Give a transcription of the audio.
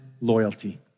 loyalty